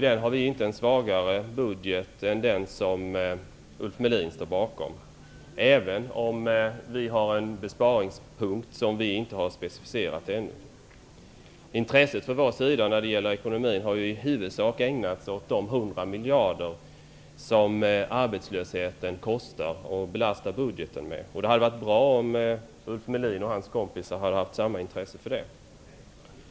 Den bygger inte på en svagare budget än den som Ulf Melin står bakom, även om vi ännu inte har specificerat besparingspunkten i vår budget. Intresset när det gäller ekonomin har från vår sida i huvudsak ägnats åt de 100 miljarder som arbetslösheten belastar budgeten med. Det hade varit bra om Ulf Melin och hans kamrater hade haft samma intresse för detta.